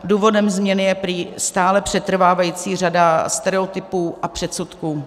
Důvodem změny je prý stále přetrvávající řada stereotypů a předsudků.